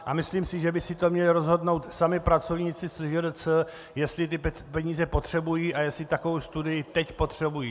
A myslím, že by si to měli rozhodnout sami pracovníci SŽDC, jestli ty peníze potřebují a jestli takovou studii teď potřebují.